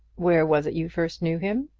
where was it you first knew him?